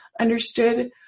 understood